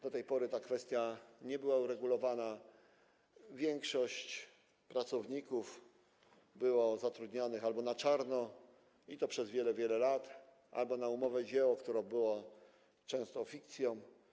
Do tej pory ta kwestia nie była uregulowana, większość pracowników była zatrudniana albo na czarno, i to przez wiele, wiele lat, albo na umowę o dzieło, która często była fikcją.